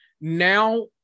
now